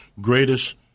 greatest